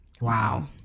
Wow